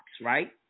right